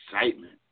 excitement